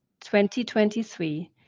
2023